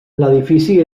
l’edifici